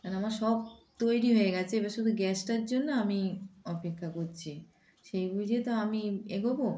কারণ আমার সব তৈরি হয়ে গেছে এবার শুধু গ্যাসটার জন্য আমি অপেক্ষা করছি সেই বুঝে তো আমি এগোবো